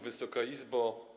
Wysoka Izbo!